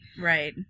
Right